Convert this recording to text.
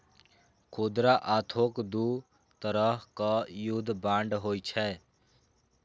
खुदरा आ थोक दू तरहक युद्ध बांड होइ छै